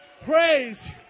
Praise